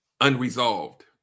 Unresolved